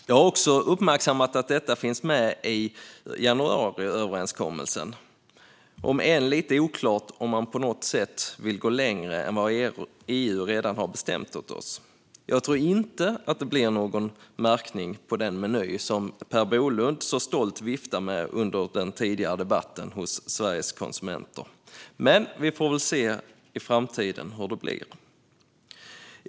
Jag har också uppmärksammat att detta finns med i januariöverenskommelsen, även om det är lite oklart om man på något sätt vill gå längre än vad EU redan har bestämt åt oss. Jag tror inte att det blir någon märkning på den meny som Per Bolund så stolt viftade med under debatten hos Sveriges Konsumenter, men vi får väl se hur det blir i framtiden.